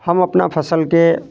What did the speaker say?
हम अपना फसलके